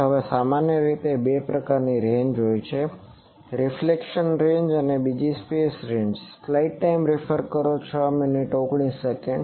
હવે સામાન્ય રીતે બે પ્રકારની રેન્જ હોય છે એક રીફ્લેક્શન રેન્જ બીજી સ્પેસ રેન્જ